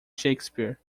shakespeare